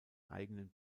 eigenen